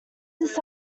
this